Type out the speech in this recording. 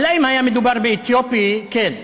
אולי אם היה מדובר באתיופי כן,